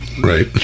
Right